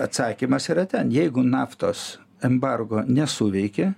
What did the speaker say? atsakymas yra ten jeigu naftos embargo nesuveikė